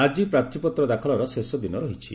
ଆଜି ପ୍ରାର୍ଥୀପତ୍ର ଦାଖଲର ଶେଷଦିନ ରହିଛି